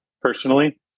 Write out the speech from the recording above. personally